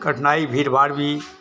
कठिनाई भीड़ भाड़ भी